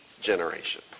generation